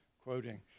quoting